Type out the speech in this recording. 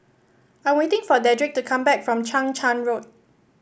I'm waiting for Dedric to come back from Chang Charn Road